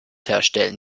herstellen